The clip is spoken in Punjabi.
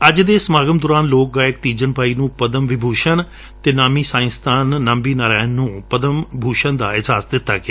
ਅੱਜ ਦੇ ਸਮਾਗਮ ਦੌਰਾਨ ਲੋਕ ਗਾਇਕ ਤੀਜਨ ਬਾਣੀ ਨੂੰ ਪਦਮ ਵਿਭੂਸ਼ਨ ਅਤੇ ਨਾਮੀ ਸਾਇੰਸਦਾਨ ਨਬੀ ਨਰਾਇਣ ਨੁੰ ਪਦਮ ਭੁਸ਼ਨ ਦਾ ਏਜਾਜ਼ ਦਿੱਤਾ ਗਿਆ